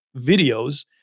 videos